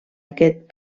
aquest